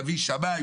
נביא שמאי,